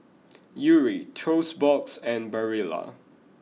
Yuri Toast Box and Barilla